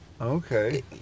Okay